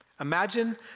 Imagine